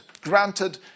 granted